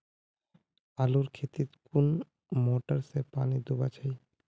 आलूर खेतीत कुन मोटर से पानी दुबा चही?